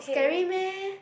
scary meh